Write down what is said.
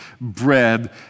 bread